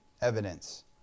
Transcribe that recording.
evidence